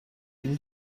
ihnen